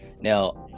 Now